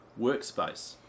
workspace